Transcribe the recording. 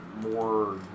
more